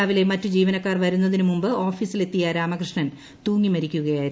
രാവിലെ മറ്റ് ജീവനക്കാർ വരുന്നതിന് മുമ്പ് ഓഫീസിലെത്തിയ രാമകൃഷ്ണൻ തൂങ്ങിമരിക്കുകയായിരുന്നു